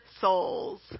souls